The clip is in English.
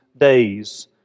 days